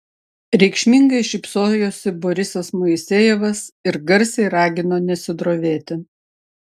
reikšmingai šypsojosi borisas moisejevas ir garsiai ragino nesidrovėti